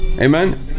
amen